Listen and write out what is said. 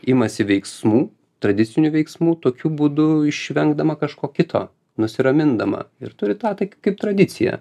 imasi veiksmų tradicinių veiksmų tokių būdų išvengdama kažko kito nusiramindama ir turi tą tai kaip tradiciją